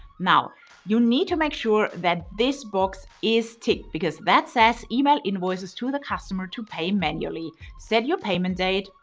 now you need to make sure that this box is ticked because that says email invoices to the customer to pay manually. set your payment date.